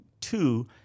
two